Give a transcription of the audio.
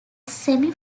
semi